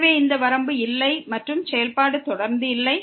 எனவே இந்த வரம்பு இல்லை மற்றும் செயல்பாடு தொடர்ந்து இல்லை